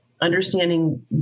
understanding